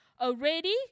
Already